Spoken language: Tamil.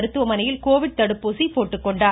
மருத்துவமனையில் கோவிட் தடுப்பூசி போட்டுக்கொண்டார்